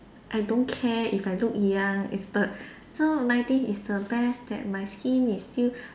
I don't care if I look young is the so nineteen is the best that my skin is still